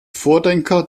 vordenker